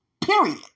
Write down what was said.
Period